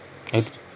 ak~